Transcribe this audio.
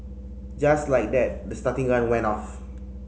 just like that the starting gun went off